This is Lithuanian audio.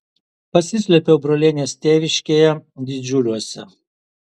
pasislėpiau brolienės tėviškėje didžiuliuose